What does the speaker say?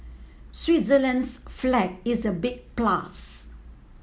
Switzerland's flag is a big plus